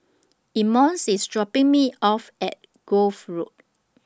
Emmons IS dropping Me off At Grove Road